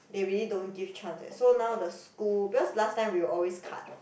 they really don't give chance eh so now the school because last time we will always cut